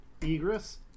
Egress